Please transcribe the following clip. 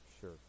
sure